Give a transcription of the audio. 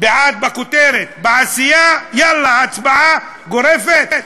בעד בכותרת, בעשייה, יאללה, הצבעה גורפת.